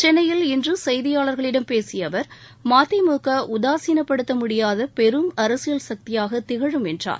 சென்னையில் இன்று செய்தியாளர்களிடம் பேசிய அவர் மதிமுக உதாசீணப்படுத்த முடியாத பெரும் அரசியல் சக்தியாகத் திகழும் என்றார்